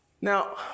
Now